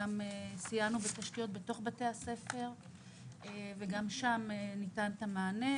גם סייענו בתשתיות בתוך בתי הספר וגם שם ניתן מענה.